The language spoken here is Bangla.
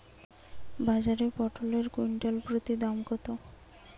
বাজারে পটল এর কুইন্টাল প্রতি দাম কত?